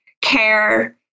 care